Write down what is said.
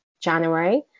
January